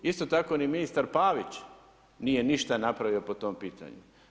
Isto tako ni ministar Pavić nije ništa napravio po tom pitanju.